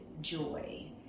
joy